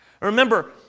Remember